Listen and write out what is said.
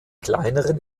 kleineren